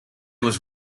was